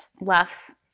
laughs